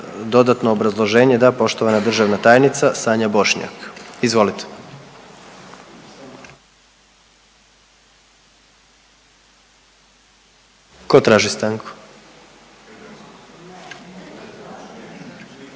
dodatno obrazloženje da poštovana državna tajnica Sanja Bošnjak. Izvolite. Tko traži stanku?